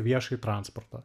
viešąjį transportą